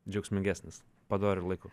džiaugsmingesnis padoriu laiku